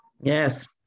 Yes